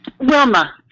Wilma